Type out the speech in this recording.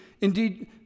indeed